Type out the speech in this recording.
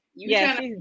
Yes